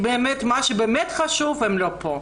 ה שבאמת חשוב הם לא פה.